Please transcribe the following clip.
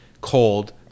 cold